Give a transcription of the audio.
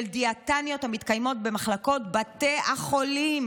דיאטניות המתקיימות במחלקות בתי החולים.